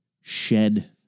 shed